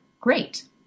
great